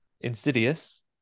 Insidious